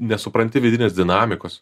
nesupranti vidinės dinamikos